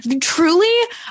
Truly